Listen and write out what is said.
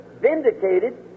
vindicated